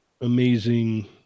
amazing